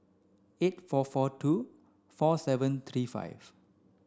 eight four four two four seven three five